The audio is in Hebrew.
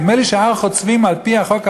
נדמה לי שהר-חוצבים, על-פי החוק הבין-לאומי,